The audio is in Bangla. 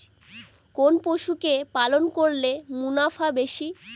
কোন পশু কে পালন করলে মুনাফা বেশি?